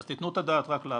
אז תתנו את הדעת רק להבחנה.